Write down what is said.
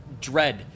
dread